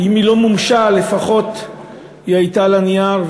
אם הזכאות לא מומשה לפחות היא הייתה על הנייר,